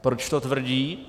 Proč to tvrdí?